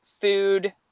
food